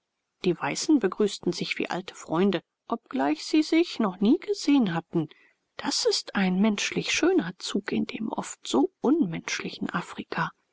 die weißen begrüßten sich wie alte freunde obgleich sie sich noch nie gesehen hatten das ist ein menschlich schöner zug in dem oft so unmenschlichen afrika